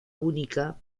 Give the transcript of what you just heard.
única